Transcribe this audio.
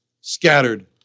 Scattered